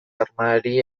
armadari